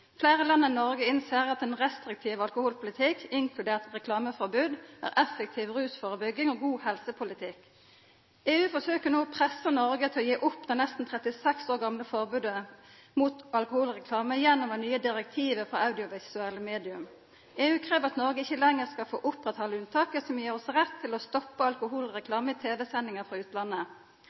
Fleire land enn Noreg innser at ein restriktiv alkoholpolitikk, inkludert reklameforbod, er effektiv rusførebygging og god helsepolitikk. EU forsøkjer no å pressa Noreg til å gje opp det nesten 36 år gamle forbodet mot alkoholreklame gjennom det nye direktivet for audiovisuelle medium. EU krev at Noreg ikkje lenger skal få oppretthalda unnataket som gjev oss rett til å stoppa alkoholreklame i tv-sendingar frå utlandet.